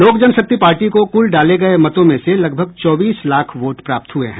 लोक जनशक्ति पार्टी को कुल डाले गये मतों में से लगभग चौबीस लाख वोट प्राप्त हुए हैं